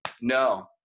No